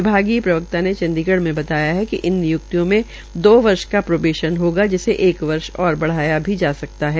विभागीय प्रवक्ता ने चंडीगढ़ में बताया कि इन निय्क्तियों में दो वर्ष का प्रोबेशन होगा जिसे एक वर्ष और बढ़ाया भी जा सकता है